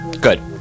good